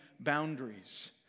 Boundaries